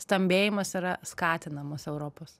stambėjimas yra skatinamas europos